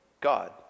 God